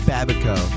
Babico